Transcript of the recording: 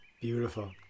Beautiful